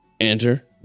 enter